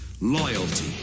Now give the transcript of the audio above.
loyalty